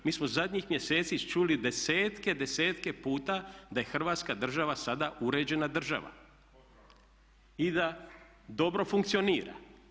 Mi smo zadnjih mjeseci čuli desetke, desetke puta da je Hrvatska država sada uređena država i da dobro funkcionira.